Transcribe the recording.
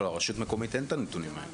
לא, רשות מקומית אין את הנתונים האלה.